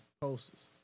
posters